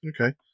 Okay